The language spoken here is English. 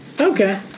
Okay